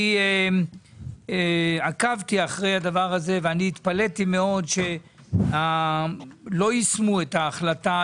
אני עקבתי אחרי הדבר הזה ואני התפלאתי מאוד שלא יישמו את ההחלטה,